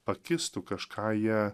pakistų kažką jie